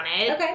Okay